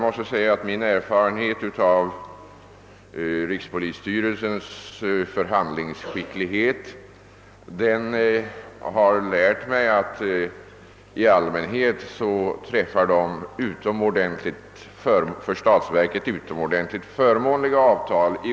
Min erfarenhet av rikspolisstyrelsens förhandlingsskicklighet har lärt mig att man där i allmänhet träffar för statsverket utomordentligt förmånliga avtal.